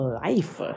life